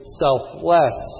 selfless